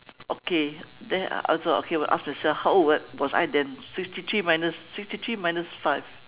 okay there also okay must ask myself how old was I then sixty three minus sixty three minus five